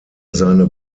seine